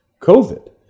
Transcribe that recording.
COVID